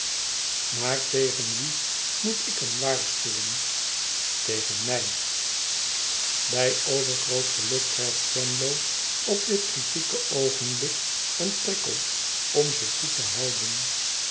maar tegen wie moet ik hem waarschuwen tegen mij bij overgroot geluk krijgt twemlow op dit kritieke oogenblik een prikkel om zich goed te houden